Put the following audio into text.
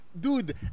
Dude